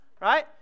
Right